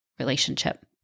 relationship